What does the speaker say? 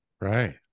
right